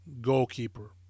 Goalkeeper